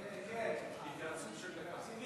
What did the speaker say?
התייעצות של דקה.